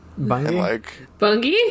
Bungie